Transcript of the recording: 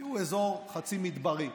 כי הוא אזור חצי מדברי.